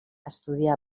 estudià